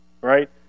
right